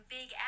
Big